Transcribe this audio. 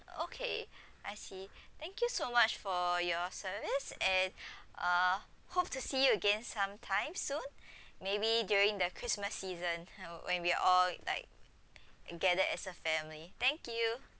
okay I see thank you so much for your service and uh hope to see you again sometime soon maybe during the christmas season when we all like gather as a family thank you